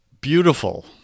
Beautiful